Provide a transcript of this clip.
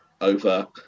over